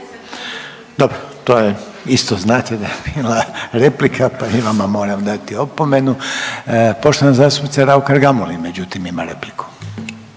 Dobro to je isto znate da je bila replika, pa i vama moram dati opomenu. Poštovana zastupnica Raukar Gamulin međutim ima repliku.